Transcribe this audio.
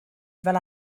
fel